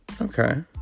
Okay